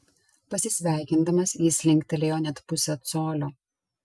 pasisveikindamas jis linktelėjo net pusę colio